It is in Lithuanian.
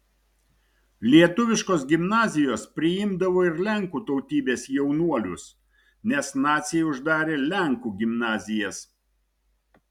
lietuviškos gimnazijos priimdavo ir lenkų tautybės jaunuolius nes naciai uždarė lenkų gimnazijas